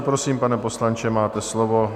Prosím, pane poslanče, máte slovo.